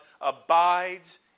abides